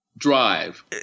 Drive